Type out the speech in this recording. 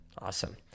awesome